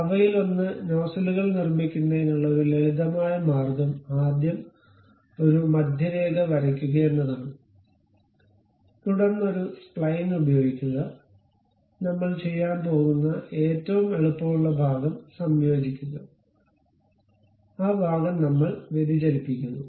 അവയിലൊന്ന് നോസലുകൾ നിർമ്മിക്കുന്നതിനുള്ള ഒരു ലളിതമായ മാർഗ്ഗം ആദ്യം ഒരു മധ്യരേഖ വരയ്ക്കുകയെന്നതാണ് തുടർന്ന് ഒരു സ്പ്ലൈൻ ഉപയോഗിക്കുക നമ്മൾചെയ്യാൻ പോകുന്ന ഏറ്റവും എളുപ്പമുള്ള ഭാഗം സംയോജിക്കുക ആ ഭാഗം നമ്മൾ വ്യതിചലിപ്പിക്കുന്നു